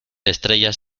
estrellas